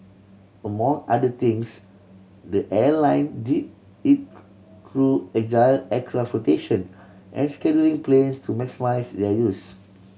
among other things the airline did it through agile aircraft and scheduling planes to maximise their use